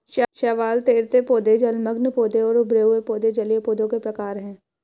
शैवाल, तैरते पौधे, जलमग्न पौधे और उभरे हुए पौधे जलीय पौधों के प्रकार है